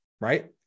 right